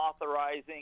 authorizing